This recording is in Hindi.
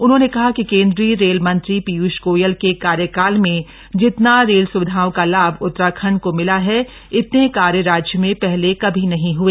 उन्होंने कहा कि केंद्रीय रेल मंत्री पीयूष गोयल के कार्यकाल में जितना रेल स्विधाओं का लाभ उत्तराखंड को मिला है इतने कार्य राज्य में पहले कभी नहीं हए